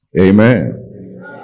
Amen